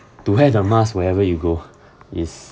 to have the mask wherever you go is